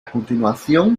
continuación